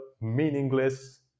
meaningless